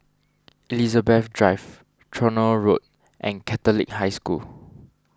Elizabeth Drive Tronoh Road and Catholic High School